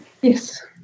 Yes